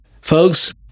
Folks